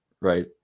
right